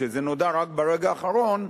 שזה נודע רק ברגע האחרון,